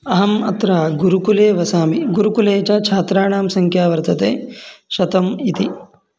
अहम् अत्र गुरुकुले वसामि गुरुकुले च छात्राणां सङ्ख्या वर्तते शतम् इति